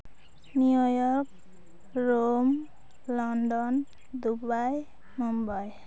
New York Rome London Dubai Mumbai